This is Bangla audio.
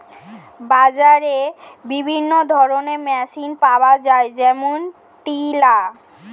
বাজারে বিভিন্ন ধরনের মেশিন পাওয়া যায় যেমন টিলার